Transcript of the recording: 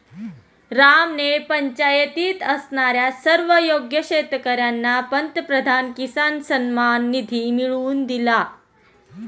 रामने पंचायतीत असणाऱ्या सर्व योग्य शेतकर्यांना पंतप्रधान किसान सन्मान निधी मिळवून दिला